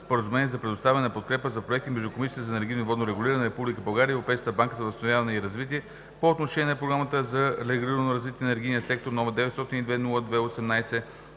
Споразумение за предоставяне на подкрепа за проекти между Комисията за енергийно и водно регулиране на Република България и Европейската банка за възстановяване и развитие по отношение на Програмата за регулаторно развитие на енергийния сектор, № 902-02-18,